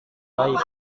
baik